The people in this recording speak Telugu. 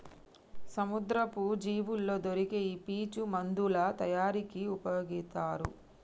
సముద్రపు జీవుల్లో దొరికే ఈ పీచు మందుల తయారీకి ఉపయొగితారు